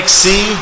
see